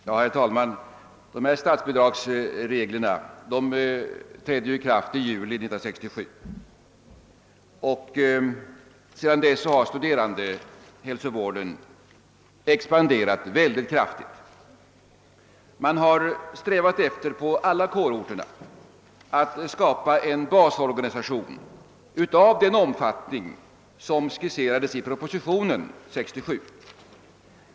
Herr talman! Statsbidragsreglerna trädde i kraft i juli 1967. Sedan dess har studerandehälsovården expanderat mycket kraftigt. Man har på olika kårorter strävat efter att skapa en basorganisation i den omfattning som skisserats i propositionen 1967.